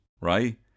right